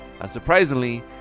Unsurprisingly